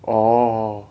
orh